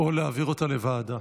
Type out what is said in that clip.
או להעביר אותה לוועדה?